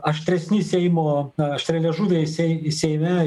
aštresni seimo aštrialiežuviai sei seime